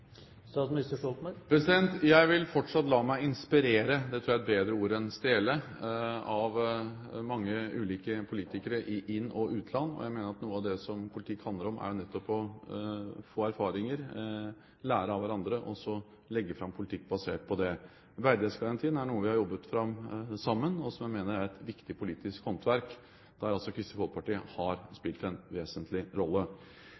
Jeg vil fortsatt la meg inspirere – jeg tror det er et bedre ord enn stjele – av mange ulike politikere i inn- og utland. Jeg mener at noe av det politikk handler om, er nettopp å få erfaringer, lære av hverandre og så legge fram en politikk basert på det. Verdighetsgarantien er noe vi har jobbet fram sammen, og som jeg mener er et viktig politisk håndverk, der også Kristelig Folkeparti har spilt en vesentlig rolle.